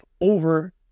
over